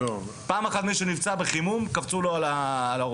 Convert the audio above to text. פעם אחת מישהו נפצע בחימום כי קפצו לו על הראש.